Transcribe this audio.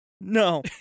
No